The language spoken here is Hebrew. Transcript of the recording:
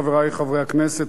חברי חברי הכנסת,